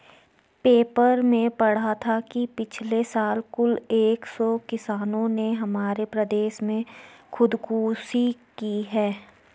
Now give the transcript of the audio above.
paper में पढ़ा था कि पिछले साल कुल एक सौ किसानों ने हमारे प्रदेश में खुदकुशी की